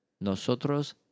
Nosotros